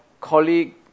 colleague